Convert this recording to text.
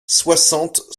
soixante